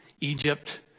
Egypt